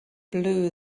blew